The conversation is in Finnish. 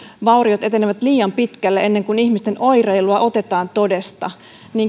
vauriot etenevät liian pitkälle ennen kuin ihmisten oireilua otetaan todesta